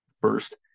First